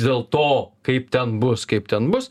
dėl to kaip ten bus kaip ten bus